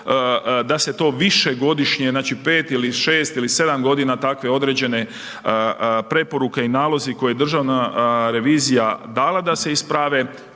da se to više godišnje znači 5 ili 6 ili 7 godina takve određene preporuke i nalozi koji državna revizija dala da se isprave,